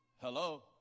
Hello